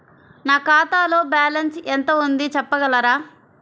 నా ఖాతాలో బ్యాలన్స్ ఎంత ఉంది చెప్పగలరా?